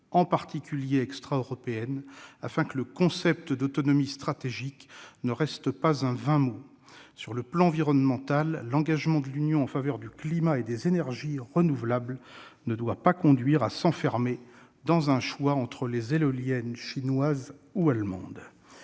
en particulier extraeuropéennes, afin que le concept d'autonomie stratégique ne reste pas un vain mot. Sur le plan environnemental, l'engagement de l'Union européenne en faveur du climat et des énergies renouvelables ne doit pas conduire à s'enfermer dans un choix entre les éoliennes chinoises ou allemandes.